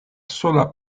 sola